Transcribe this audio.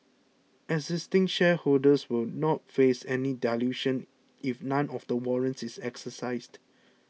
existing shareholders will not face any dilution if none of the warrants is exercised